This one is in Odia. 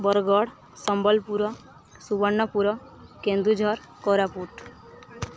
ବରଗଡ଼ ସମ୍ବଲପୁର ସୁବର୍ଣ୍ଣପୁର କେନ୍ଦୁଝର କୋରାପୁଟ